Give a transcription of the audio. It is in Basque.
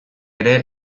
ere